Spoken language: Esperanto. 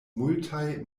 multaj